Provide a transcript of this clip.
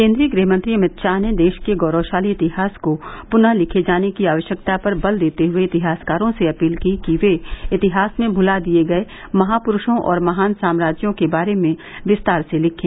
केन्द्रीय गृह मंत्री अमित शाह ने देश के गौरवशाली इतिहास को पुनः लिखे जाने की आवश्यकता पर बल देते हुये इतिहासकारों से अपील की कि वे इतिहास में भुला दिये गये महापुरूषों और महान साम्राज्यों के बारे में विस्तार से लिखें